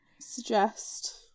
suggest